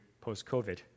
post-COVID